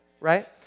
right